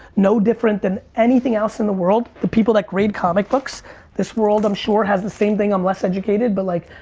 no different than anything else in the world, the people that grade comic books, this world, i'm sure, has the same thing. i'm less educated but like,